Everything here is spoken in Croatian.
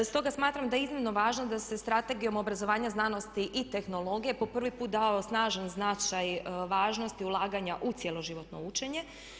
Stoga smatram da je iznimno važno da se strategijom obrazovanja, znanosti i tehnologije po prvi put dao snažan značaj važnosti ulaganja u cijeloživotno učenje.